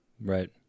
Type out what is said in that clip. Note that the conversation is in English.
Right